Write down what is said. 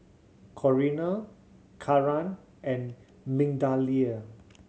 Corrina Karan and Migdalia